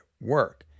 work